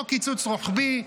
אותו קיצוץ רוחבי,